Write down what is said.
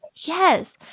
Yes